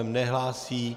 Nehlásí.